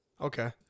Okay